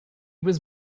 was